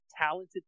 talented